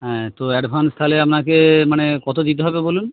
হ্যাঁ তো অ্যাডভান্স তাহলে আপনাকে মানে কত দিতে হবে বলুন